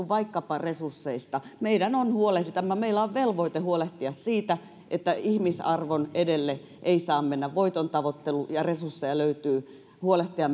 vaikkapa resursseista meidän on huolehdittava meillä on velvoite huolehtia siitä että ihmisarvon edelle ei saa mennä voitontavoittelu ja että löytyy resursseja huolehtia